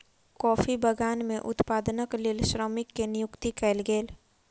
coffee बगान में उत्पादनक लेल श्रमिक के नियुक्ति कयल गेल